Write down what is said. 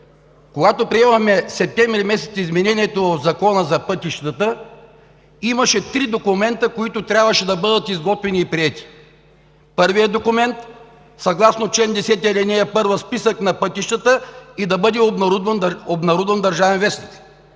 когато приемахме септември месец изменението в Закона за пътищата, имаше три документа, които трябваше да бъдат изготвени и приети. Първият документ съгласно чл. 10, ал. 1 – списък на пътищата, и да бъде обнародван в „Държавен вестник“.